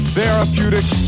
therapeutic